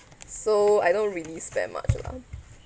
so I don't really spend much lah